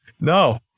no